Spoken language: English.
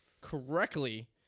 Correctly